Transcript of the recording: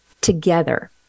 together